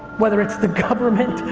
whether it's the government,